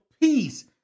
peace